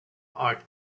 art